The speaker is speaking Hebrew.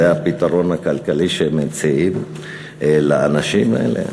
זה הפתרון הכלכלי שהם מציעים לאנשים האלה?